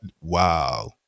wow